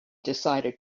decided